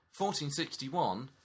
1461